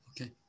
Okay